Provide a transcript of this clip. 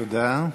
תודה.